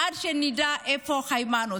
עד שנדע איפה היימנוט.